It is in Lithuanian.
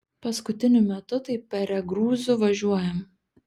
paskutiniu metu tai peregrūzu važiuojam